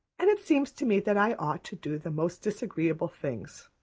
and it seems to me that i ought to do the most disagreeable things.